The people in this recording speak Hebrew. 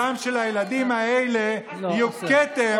הדם של הילדים האלה יהיה כתם,